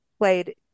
played